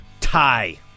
tie